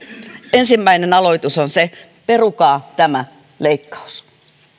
ensimmäinen aloitus on se perukaa tämä leikkaus